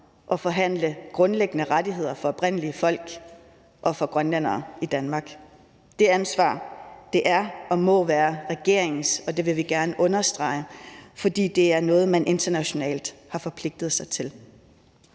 at forhandle grundlæggende rettigheder for oprindelige folk og for grønlændere i Danmark. Det ansvar er og må være regeringens, og det vil vi gerne understrege, for det er noget, man internationalt har forpligtet sig til.